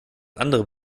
andere